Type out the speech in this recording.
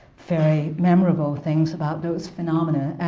very memorable things about those phenomena.